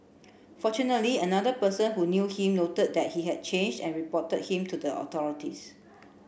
fortunately another person who knew him noted that he had changed and reported him to the authorities